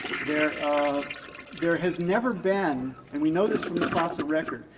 there ah there has never been and we know this from the fossil record.